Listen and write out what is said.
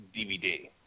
DVD